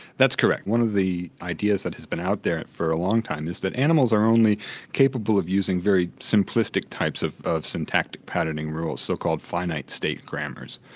that's correct. one of the ideas that has been out there for a long time is that animals are only capable of using very simplistic types of of syntactic patterning rules, so called finite state grammars.